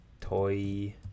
Toy